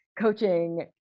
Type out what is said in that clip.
coaching